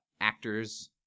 actors